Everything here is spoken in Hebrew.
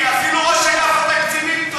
אפילו ראש אגף תקציבים טועה.